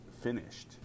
finished